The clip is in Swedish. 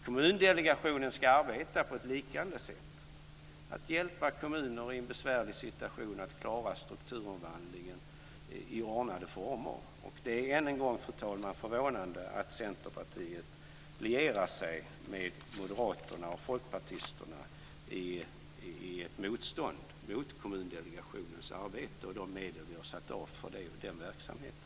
Kommundelegationen ska arbeta på ett liknande sätt, hjälpa kommunerna i en besvärlig situation att klara strukturomvandlingen i ordnade former. Och det är än en gång, fru talman, förvånande att Centerpartiet lierar sig med Moderaterna och Folkpartiet i ett motstånd mot Kommundelegationens arbete och de medel som vi har satt av för den verksamheten.